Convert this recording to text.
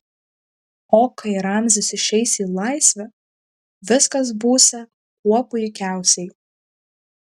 o kai ramzis išeis į laisvę viskas būsią kuo puikiausiai